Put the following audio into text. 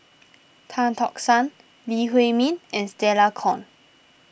Tan Tock San Lee Huei Min and Stella Kon